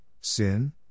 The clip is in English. Sin